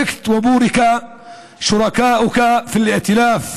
תבורך ויבורכו שותפיך בקואליציה